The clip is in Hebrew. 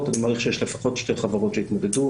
אני מעריך שיש לפחות שתי חברות שיתמודדו,